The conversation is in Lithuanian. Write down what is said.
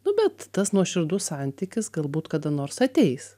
nu bet tas nuoširdus santykis galbūt kada nors ateis